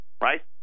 right